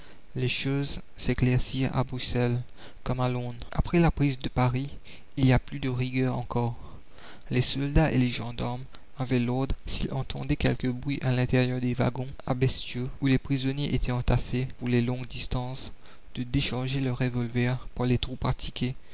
les choses s'éclaircirent à bruxelles comme à londres après la prise de paris il y a plus de rigueur encore les soldats et les gendarmes avaient l'ordre s'ils entendaient quelque bruit à l'intérieur des wagons à bestiaux où les prisonniers étaient entassés pour les longues distances de décharger leur revolver par les trous pratiqués